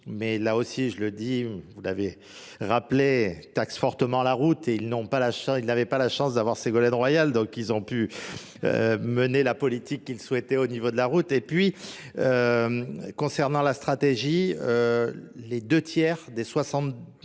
mais là aussi, je le dis, vous l'avez rappelé, taxe fortement la route et ils n'avaient pas la chance d'avoir Ségolène Royale, donc ils ont pu mener la politique qu'ils souhaitaient au niveau de la route. Et puis, concernant la stratégie, les deux tiers des 72